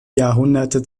jahrhunderte